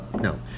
no